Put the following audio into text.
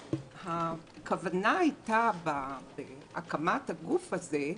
הכוונה הייתה בהקמת הגוף הזה,